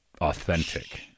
authentic